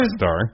star